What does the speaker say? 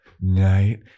night